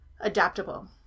adaptable